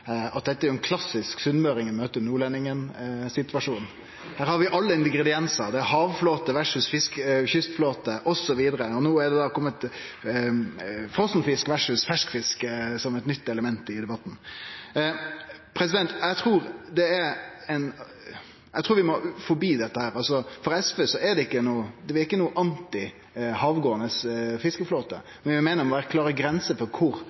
at dette er ein klassisk sunnmøringen-møter-nordlendingen-situasjon. Her har vi alle ingrediensar. Det er havflåte versus kystflåte, osv. No er òg frosenfisk versus ferskfisk komen inn som eit nytt element i debatten. Eg trur vi må forbi dette. SV er ikkje «anti» havgåande fiskeflåte, men vi meiner det må vere klare grenser for kor